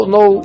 no